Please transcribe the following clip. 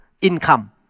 income